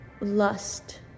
lust